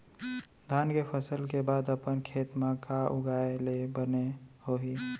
धान के फसल के बाद अपन खेत मा का उगाए ले बने होही?